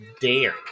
Dare